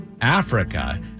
Africa